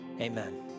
amen